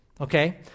okay